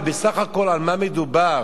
בסך הכול על מה מדובר?